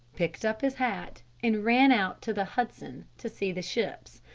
picked up his hat and ran out to the hudson to see the ships,